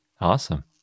Awesome